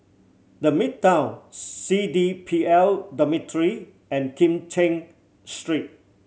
The Midtown C D P L Dormitory and Kim Cheng Street